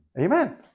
Amen